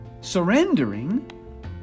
surrendering